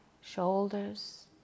shoulders